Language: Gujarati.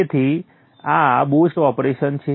તેથી આ બુસ્ટ ઓપરેશન છે